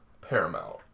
paramount